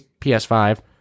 PS5